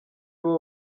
abo